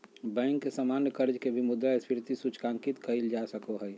bank के सामान्य कर्ज के भी मुद्रास्फीति सूचकांकित कइल जा सको हइ